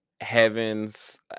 heavens